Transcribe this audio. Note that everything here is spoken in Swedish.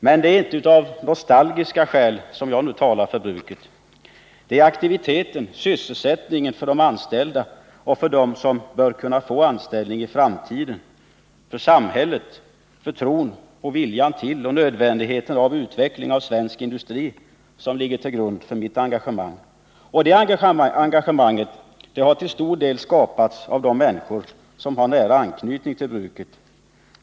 Men det är inte av nostalgiska skäl som jag nu talar för bruket, ty det är sysselsättningen för de redan anställda och för dem som bör kunna få anställning i framtiden, och det är tron på nödvändigheten för samhället av en utveckling av svensk industri som ligger till grund för mitt engagemang. Det engagemanget har till stor del skapats av de människor som har nära anknytning till bruket.